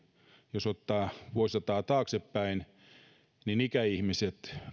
jos ottaa vuosisataa taaksepäin niin ikäihmiset